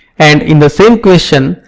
and in the same question,